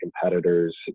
competitors